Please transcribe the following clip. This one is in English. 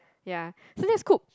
ya so that's cook